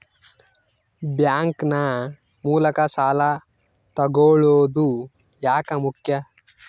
Bank ನ ಮೂಲಕ ಸಾಲ ತಗೊಳ್ಳೋದು ಯಾಕ ಮುಖ್ಯ?